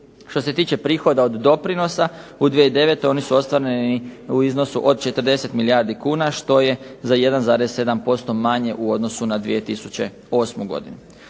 Što se tiče prihoda od doprinosa, u 2009. oni su ostvareni u iznosu od 40 milijardi kuna što je za 1,7% manje u odnosu na 2008. godinu.